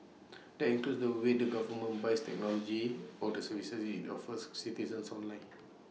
that includes the way the government buys technology or the services IT offers citizens online